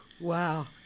Wow